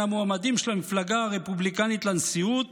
המועמדים של המפלגה הרפובליקנית לנשיאות